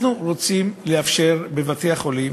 אנחנו רוצים לאפשר בבתי-החולים